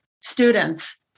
students